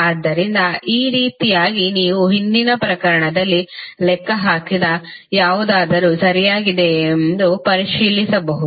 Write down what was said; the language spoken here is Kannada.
ಆದ್ದರಿಂದ ಈ ರೀತಿಯಾಗಿ ನೀವು ಹಿಂದಿನ ಪ್ರಕರಣದಲ್ಲಿ ಲೆಕ್ಕ ಹಾಕಿದ ಯಾವುದಾದರೂ ಸರಿಯಾಗಿದೆಯೆ ಎಂದು ಪರಿಶೀಲಿಸಬಹುದು